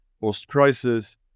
post-crisis